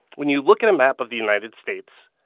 when you look at a map of the united states,